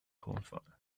tonfall